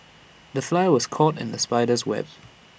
the fly was caught in the spider's web